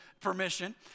permission